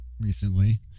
recently